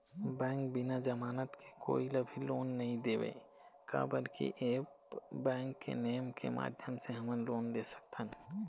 Bank बिना जमानत के कोई ला भी लोन नहीं देवे का बर की ऐप बैंक के नेम के माध्यम से हमन लोन ले सकथन?